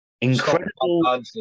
incredible